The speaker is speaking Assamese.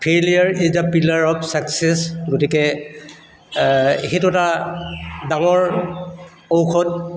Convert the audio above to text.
failure is the pillar of success গতিকে সেইটো এটা ডাঙৰ ঔষধ